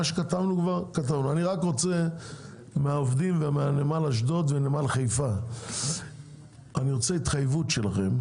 אני רק רוצה מעובדי נמל אשדוד ונמל חיפה התחייבות שלכם.